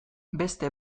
beste